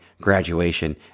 graduation